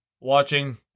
watching